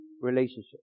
relationship